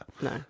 no